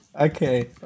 Okay